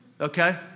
Okay